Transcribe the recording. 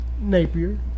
Napier